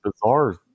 bizarre